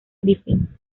griffin